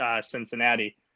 Cincinnati